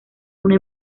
una